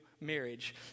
marriage